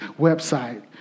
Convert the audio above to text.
website